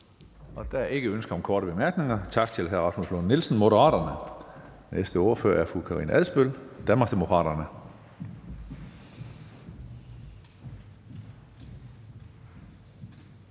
Der er ikke ønske om korte bemærkninger. Tak til hr. Rasmus Lund-Nielsen, Moderaterne. Næste ordfører er fru Karina Adsbøl, Danmarksdemokraterne.